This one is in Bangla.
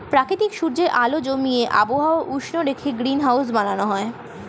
প্রাকৃতিক সূর্যের আলো জমিয়ে আবহাওয়া উষ্ণ রেখে গ্রিনহাউস বানানো হয়